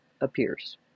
appears